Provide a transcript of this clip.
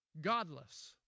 Godless